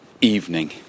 evening